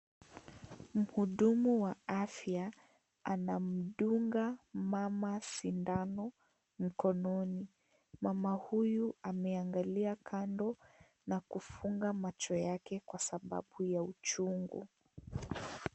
Mhudumu wa afya anamdunga mama sindano mkononi , mama huyu ameangalia kando na kufunga macho yake kwa sababu ya uchungu.